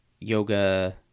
yoga